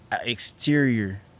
Exterior